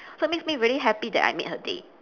so it makes me really happy that I made her day